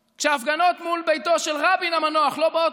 כשההפגנות מול ביתו של רבין המנוח לא באות